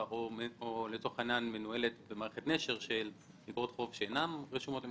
או מנוהלת כמערכת נשר של אגרות חוב שאינן רשומות למסחר.